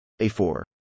A4